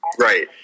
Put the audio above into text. Right